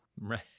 Right